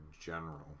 general